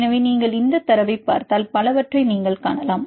எனவே நீங்கள் இந்தத் தரவைப் பார்த்தால் பலவற்றை நீங்கள் காணலாம்